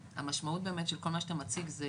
המשמעות של כל מה שאתה מציג היא